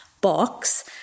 box